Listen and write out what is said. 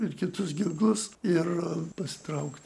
ir kitus ginklus ir pasitraukt